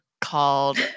called